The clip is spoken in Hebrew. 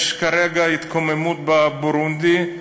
יש כרגע התקוממות בבורונדי,